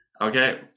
Okay